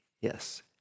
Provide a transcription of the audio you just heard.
yes